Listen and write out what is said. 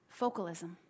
Focalism